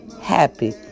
Happy